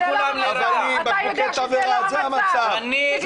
זה המצב.